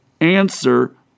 answer